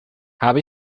habe